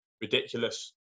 ridiculous